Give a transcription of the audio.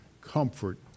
comfort